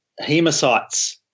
hemocytes